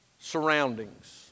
surroundings